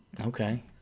Okay